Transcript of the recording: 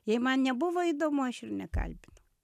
jei man nebuvo įdomu aš ir nekalbinau